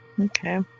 Okay